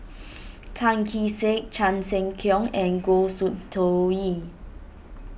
Tan Kee Sek Chan Sek Keong and Goh Soon Tioe